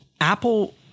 Apple